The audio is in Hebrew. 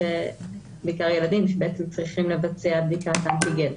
בעיקר לילדים שבעצם צריכים לבצע בדיקת אנטיגן.